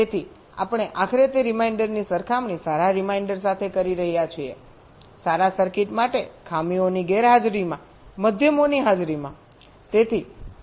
તેથી આપણે આખરે તે રીમાઇન્ડરની સરખામણી સારા રીમાઇન્ડર સાથે કરી રહ્યા છીએ સારા સર્કિટ માટે ખામીઓની ગેરહાજરીમાં માધ્યમોની હાજરીમાં